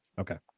Okay